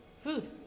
food